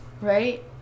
Right